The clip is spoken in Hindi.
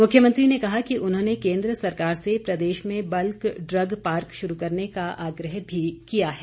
मुख्यमंत्री ने कहा कि उन्होंने केंद्र सरकार से प्रदेश में बल्क ड्रग पार्क शुरू करने का आग्रह भी किया है